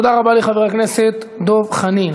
תודה רבה לחבר הכנסת דב חנין.